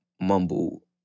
mumble